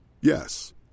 Yes